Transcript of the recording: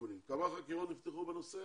כמה חקירות נפתחו בנושא?